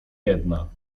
jedna